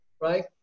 right